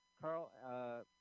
Carl